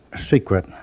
secret